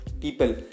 people